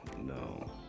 no